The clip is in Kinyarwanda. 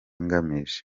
ngamije